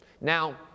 Now